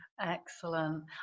Excellent